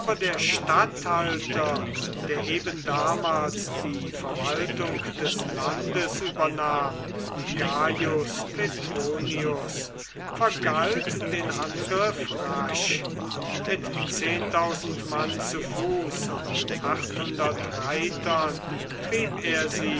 der statthalter der eben damals die verwaltung des landes übernahm gaius petronius vergalt den angriff rasch mit zehntausend mann zu fuß und reitern trieb er